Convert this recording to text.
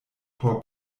por